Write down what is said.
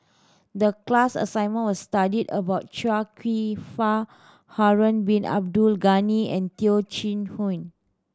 the class assignment was study about Chia Kwek Fah Harun Bin Abdul Ghani and Teo Chee Hean